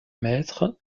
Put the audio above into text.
maître